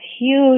huge